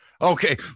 Okay